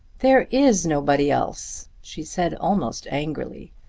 there is nobody else, she said almost angrily.